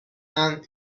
and